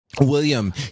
william